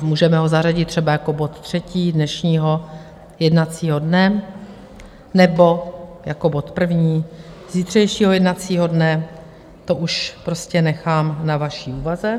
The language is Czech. Můžeme ho zařadit třeba jako bod třetí dnešního jednacího dne nebo jako bod první zítřejšího jednacího dne, to už prostě nechám na vaší úvaze.